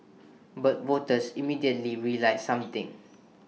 but voters immediately realised something